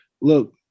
look